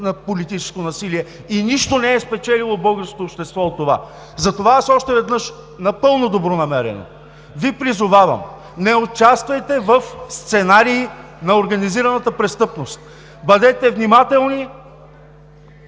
на политическо насилие. Нищо не е спечелило българското общество от това. Затова аз още веднъж напълно добронамерено Ви призовавам: не участвайте в сценарии на организираната престъпност. Бъдете внимателни!